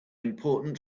important